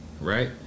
right